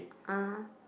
ah